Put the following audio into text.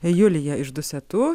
julija iš dusetų